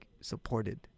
supported